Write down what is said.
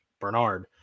Bernard